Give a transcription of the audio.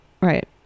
Right